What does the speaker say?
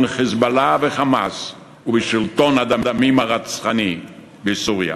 "חיזבאללה" ו"חמאס" ולשלטון הדמים הרצחני בסוריה.